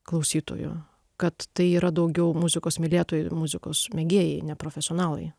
klausytojų kad tai yra daugiau muzikos mylėtojai ir muzikos mėgėjai neprofesionalai